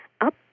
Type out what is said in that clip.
up